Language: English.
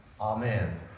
Amen